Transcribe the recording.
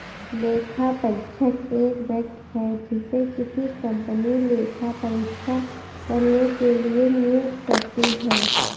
लेखापरीक्षक एक व्यक्ति है जिसे किसी कंपनी लेखा परीक्षा करने के लिए नियुक्त करती है